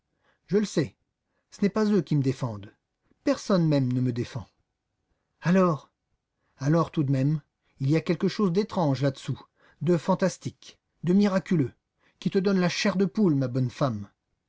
je le sais ce n'est pas eux qui me défendent personne même ne me défend alors alors tout de même il y a quelque chose d'étrange là-dessous de fantastique de miraculeux qui te donne la chair de poule ma bonne femme